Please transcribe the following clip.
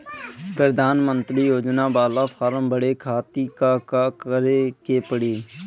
प्रधानमंत्री योजना बाला फर्म बड़े खाति का का करे के पड़ी?